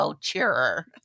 cheerer